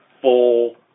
full